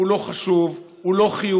הוא לא חשוב, הוא לא חיוני.